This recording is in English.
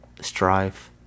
strife